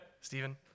Stephen